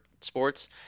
sports